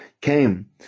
came